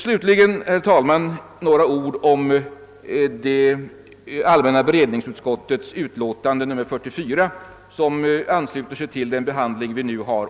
Slutligen vill jag, herr talman, säga några ord om allmänna beredningsutskottets utlåtande nr 44, som vi nu också behandlar.